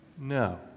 No